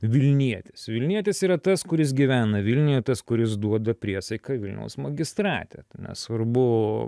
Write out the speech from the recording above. vilnietis vilnietis yra tas kuris gyvena vilniuje tas kuris duoda priesaiką vilniaus magistrate nesvarbu